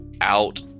out